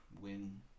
win